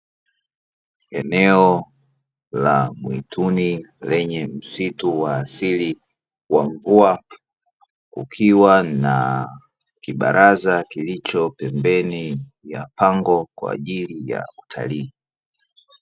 Eneo la mwituni lenye msitu wa asili wa mvua, ukiwa na kibalaza kilicho pembeni ya pango, kwa ajili ya utalii.